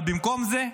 אבל במקום זה,